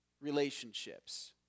relationships